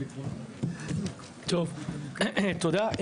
טוב, תודה.